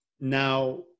now